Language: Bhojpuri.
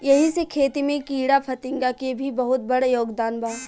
एही से खेती में कीड़ाफतिंगा के भी बहुत बड़ योगदान बा